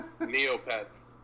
Neopets